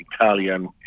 Italian